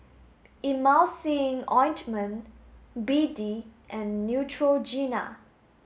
Emulsying Ointment B D and Neutrogena